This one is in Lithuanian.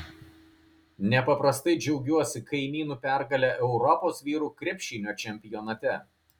nepaprastai džiaugiuosi kaimynų pergale europos vyrų krepšinio čempionate